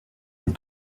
des